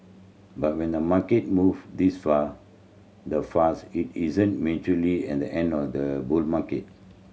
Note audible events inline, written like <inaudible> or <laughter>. but when the market move this far the fuss it isn't <unintelligible> at the end of the bull market